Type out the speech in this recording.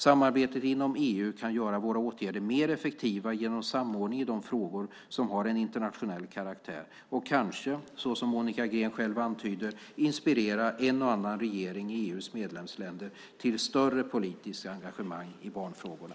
Samarbetet inom EU kan göra våra åtgärder mer effektiva genom samordning i de frågor som har en internationell karaktär och kanske, så som Monica Green själv antyder, inspirera en och annan regering i EU:s medlemsländer till större politiskt engagemang i barnfrågorna.